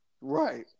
Right